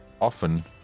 often